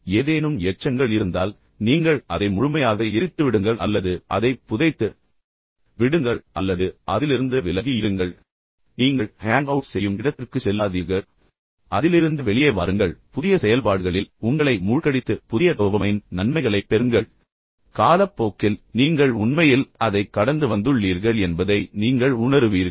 இப்போது நான் சொன்ன மற்றொரு விஷயம் என்னவென்றால் ஏதேனும் எச்சங்கள் இருந்தால் நீங்கள் அதை முழுமையாக எரித்துவிடுங்கள் அல்லது அதை புதைத்து விடுங்கள் அல்லது அதிலிருந்து விலகி இருங்கள் நீங்கள் ஒன்றாக ஹேங்அவுட் செய்யும் இடங்கள் நீங்கள் அந்த இடத்திற்குச் செல்லாதீர்கள் அதிலிருந்து முழுமையாக வெளியே வாருங்கள் புதிய செயல்பாடுகளில் உங்களை மூழ்கடித்து புதிய டோபமைன் நன்மைகளைப் பெறுங்கள் பின்னர் காலப்போக்கில் நீங்கள் உண்மையில் அதை அதை கடந்து வந்துள்ளீர்கள் என்பதை நீங்கள் உணருவீர்கள்